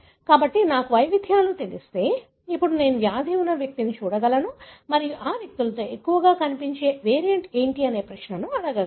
కాబట్టి నాకు వైవిధ్యాలు తెలిస్తే ఇప్పుడు నేను వ్యాధి ఉన్న వ్యక్తిని చూడగలను మరియు ఈ వ్యక్తులలో ఎక్కువగా కనిపించే వేరియంట్ ఏమిటి అని ప్రశ్న అడగగలను